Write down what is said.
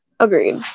Agreed